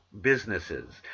businesses